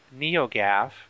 NeoGAF